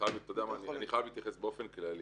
חייב להתייחס באופן כללי.